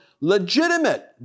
legitimate